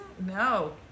No